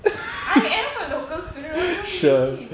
I am a local student what do you mean